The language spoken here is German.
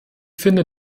finde